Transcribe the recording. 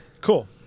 Cool